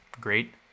great